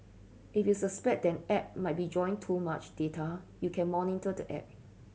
if you suspect that an app might be drawing too much data you can monitor the app